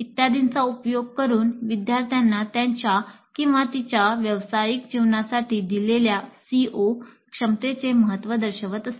इत्यादींचा उपयोग करून विद्यार्थ्यांना त्याच्या किंवा तिच्या व्यावसायिक जीवनासाठी दिलेल्या सीओ सक्षमतेचे महत्त्व दर्शवत असतात